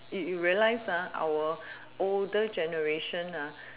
you you realize that our older generation